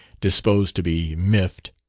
disposed to be miffed.